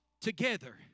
together